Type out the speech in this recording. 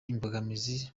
imbogamizi